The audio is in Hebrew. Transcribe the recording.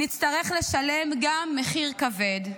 נצטרך לשלם גם מחיר כבד.